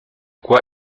quoi